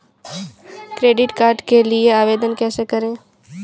Credit card के लिए आवेदन कैसे करें?